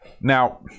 Now